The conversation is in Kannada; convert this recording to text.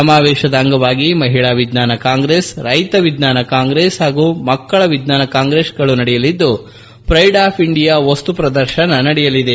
ಸಮಾವೇಶದ ಅಂಗವಾಗಿ ಮಹಿಳಾ ವಿಜ್ಞಾನ ಕಾಂಗ್ರೆಸ್ ರೈತ ವಿಜ್ಞಾನ ಕಾಂಗ್ರೆಸ್ ಹಾಗೂ ಮಕ್ಕಳ ವಿಜ್ಞಾನ ಕಾಂಗ್ರೆಸ್ಗಳೂ ನಡೆಯಲಿದ್ದು ಪ್ರೈಡ್ ಆಫ್ ಇಂಡಿಯಾ ವಸ್ತು ಪ್ರದರ್ಶನವೂ ನಡೆಯಲಿದೆ